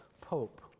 Pope